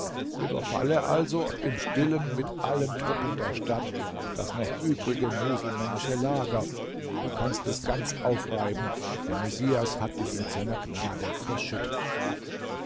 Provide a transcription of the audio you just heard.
überfalle also im stillen mit allen truppen der stadt das noch übrige muselmännische lager du kannst es ganz aufreiben der messias hat dich mit seiner gnade überschüttet